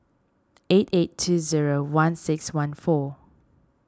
eight eight two zero one six one four